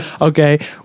Okay